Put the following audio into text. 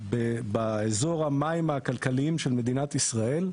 באזור המים הכלכליים של מדינת ישראל,